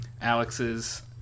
Alex's